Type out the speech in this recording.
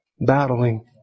battling